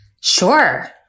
Sure